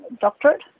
doctorate